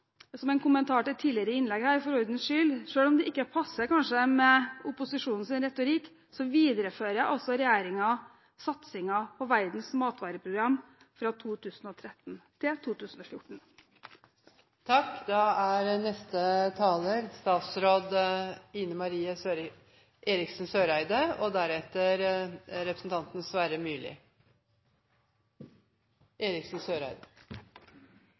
som en kommentar til et tidligere innlegg her og for ordens skyld: Selv om det kanskje ikke passer med opposisjonens retorikk, viderefører regjeringen satsingen på Verdens matvareprogram fra 2013 til 2014. Utviklingen av forsvarssektoren i Norge er forankret i helhetlige planer, hvor det overordnede har vært bred enighet om hovedlinjene og